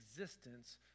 existence